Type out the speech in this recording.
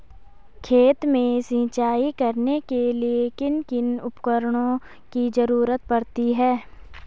खेत में सिंचाई करने के लिए किन किन उपकरणों की जरूरत पड़ती है?